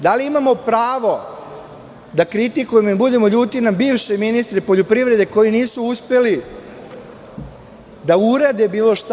Da li imamo pravo da kritikujemo i budemo ljuti na bivše ministre poljoprivrede koji nisu uspeli da urade bilo šta?